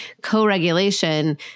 Co-regulation